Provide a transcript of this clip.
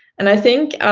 and i think